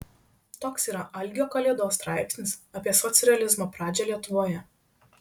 toks yra algio kalėdos straipsnis apie socrealizmo pradžią lietuvoje